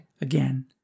again